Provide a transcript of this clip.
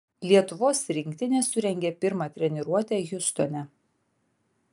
lietuvos rinktinė surengė pirmą treniruotę hjustone